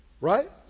Right